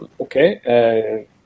okay